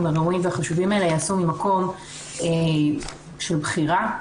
הראויים והחשובים האלה יעשו ממקום של בחירה,